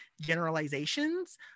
generalizations